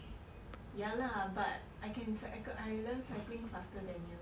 ya lah but I can cycl~ I learn cycling faster than you